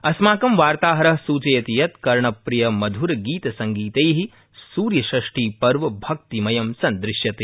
अस्माकं वार्ताहर सूचयति यत् कर्णप्रिय मुधरगीत संगीतै सूर्यष्ठीपर्व भक्तिमयं संदृश्यते